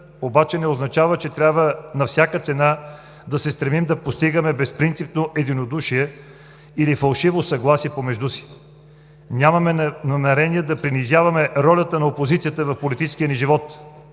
обаче не означава, че трябва на всяка цена да се стремим да постигаме безпринципно единодушие или фалшиво съгласие помежду си. Нямаме намерение да принизяваме ролята на опозицията в политическия ни живот.